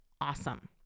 awesome